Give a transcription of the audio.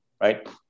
right